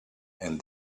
and